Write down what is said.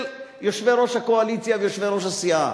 של יושבי-ראש הקואליציה ויושבי-ראש הסיעה.